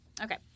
Okay